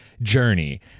journey